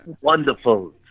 Wonderful